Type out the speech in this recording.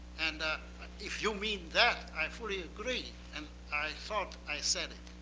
and if you mean that, i fully agree. and i thought i said it.